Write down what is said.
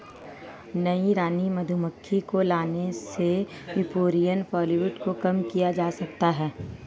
नई रानी मधुमक्खी को लाने से यूरोपियन फॉलब्रूड को कम किया जा सकता है